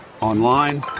online